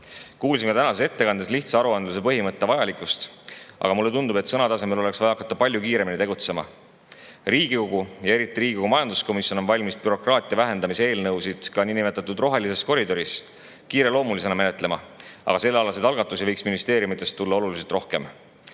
Kuulsime tänases ettekandes lihtsa aruandluse põhimõtte vajalikkusest, aga mulle tundub, et sõnade asemel oleks vaja hakata palju kiiremini tegutsema. Riigikogu ja eriti Riigikogu majanduskomisjon on valmis bürokraatia vähendamise eelnõusid, ka niinimetatud rohelises koridoris [bürokraatia vähendamist] kiireloomulisena menetlema. Sellealaseid algatusi võiks ministeeriumidest tulla oluliselt rohkem.